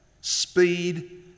speed